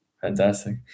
Fantastic